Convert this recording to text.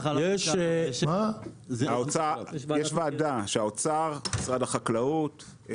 יש ועדה של האוצר ומשרד החקלאות.